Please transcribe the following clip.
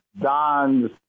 Don's